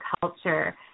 culture